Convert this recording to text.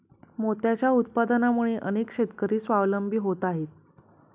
मोत्यांच्या उत्पादनामुळे अनेक शेतकरी स्वावलंबी होत आहेत